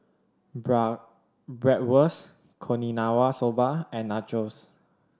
Bra Bratwurst Okinawa Soba and Nachos